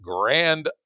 grand